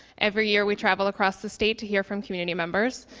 every year, we travel across the state to hear from community members,